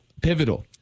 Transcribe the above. pivotal